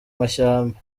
mashyamba